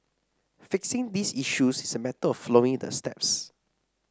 fixing these issues is a matter of following the steps